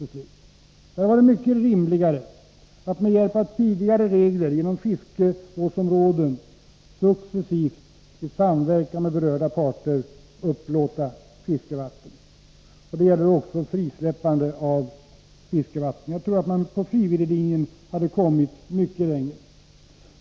Det hade varit mycket rimligare att med hjälp av tidigare regler för fiskevårdsområden successivt i samverkan med berörda parter upplåta fiskevatten. Detsamma gäller beträffande frisläppande av fiskevatten. Jag tror att man hade kommit mycket längre efter frivilliglinjen.